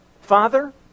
Father